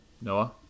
Noah